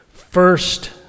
First